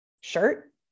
shirt